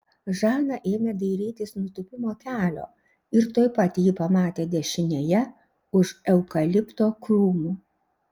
žana ėmė dairytis nutūpimo kelio ir tuoj pat jį pamatė dešinėje už eukalipto krūmų